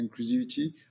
inclusivity